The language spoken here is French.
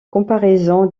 comparaison